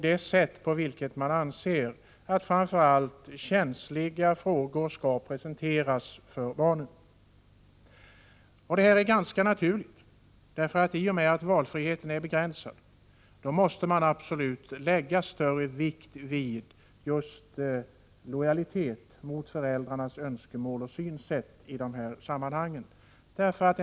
Det gäller framför allt när känsliga frågor skall presenteras för barnen. Detta är ganska naturligt. I och med att valfriheten är begränsad måste man absolut lägga större vikt vid lojaliteten mot föräldrarnas önskemål och synsätt.